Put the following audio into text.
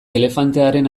elefantearen